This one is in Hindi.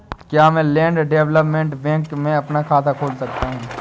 क्या मैं लैंड डेवलपमेंट बैंक में अपना खाता खोल सकता हूँ?